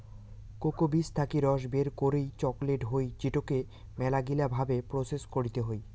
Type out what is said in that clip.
cocoa বীজ থাকি রস বের করই চকলেট হই যেটোকে মেলাগিলা ভাবে প্রসেস করতে হই